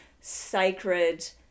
sacred